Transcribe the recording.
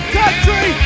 country